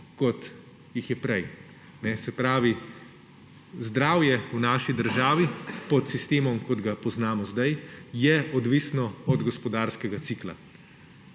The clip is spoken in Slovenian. kot jih je prej. Zdravje v naši državi pod sistemom, kot ga poznamo sedaj, je odvisno od gospodarskega cikla.